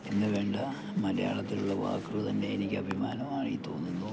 എന്നു വേണ്ട മലയാളത്തിലുള്ള വാക്കുകൾ തന്നെ എനിക്കഭിമാനമായി തോന്നുന്നു